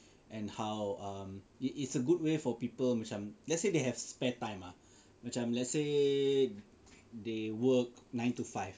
and how it is a good way for people macam let's say they have spare time ah macam let's say they work nine to five